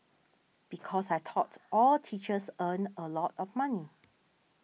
because I thought all teachers earned a lot of money